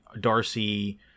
darcy